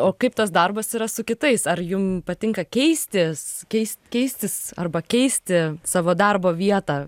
o kaip tas darbas yra su kitais ar jum patinka keistis keis keistis arba keisti savo darbo vietą